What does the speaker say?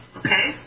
okay